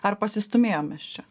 ar pasistūmėjom mes čia